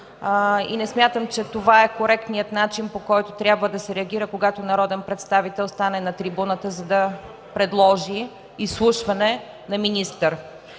Не смятам, че това е коректният начин, по който трябва да се реагира, когато народен представител застане на трибуната, за да предложи изслушване на министър.